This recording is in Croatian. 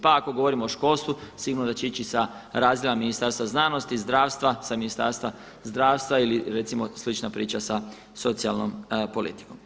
Pa ako govorimo o školstvu sigurno da će ići sa razdjela Ministarstva znanosti, zdravstva, sa Ministarstva zdravstva ili recimo slična priča sa socijalnom politikom.